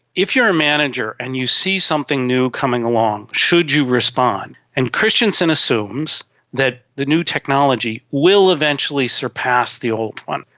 if you are a manager and you see something new coming along, should you respond? and christensen assumes that the new technology will eventually surpass the old one,